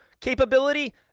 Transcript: capability